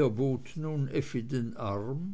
er bot nun effi den arm